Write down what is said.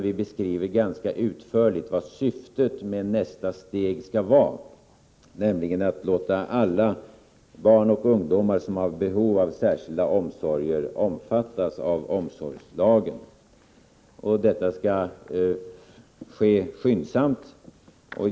Vi beskriver ganska utförligt vad syftet med nästa steg skall vara, nämligen att låta alla barn och ungdomar som har behov av särskilda omsorger omfattas av omsorgslagen. Vi säger också att detta bör ske skyndsamt.